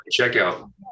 checkout